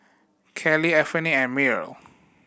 Kallie Anfernee and Myrl